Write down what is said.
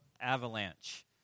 Avalanche